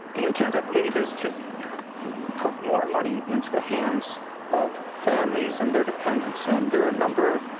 the intent i believe is to put more money into the hands of families and their dependents and there are a number of